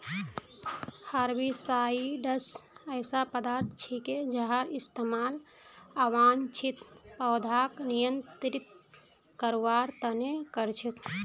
herbicides ऐसा पदार्थ छिके जहार इस्तमाल अवांछित पौधाक नियंत्रित करवार त न कर छेक